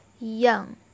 Young